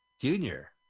Junior